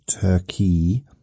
Turkey